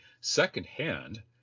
secondhand